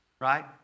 right